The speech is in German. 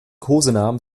kosenamen